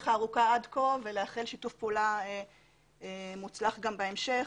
הארוכה עד כה ולאחל שיתוף פעולה מוצלח גם בהמשך,